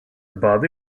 body